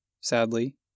sadly